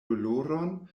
doloron